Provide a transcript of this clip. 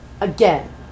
Again